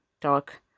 talk